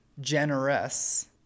generous